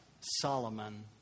Solomon